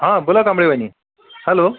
हां बोला कांबळे वहिनी हॅलो